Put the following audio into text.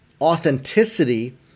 authenticity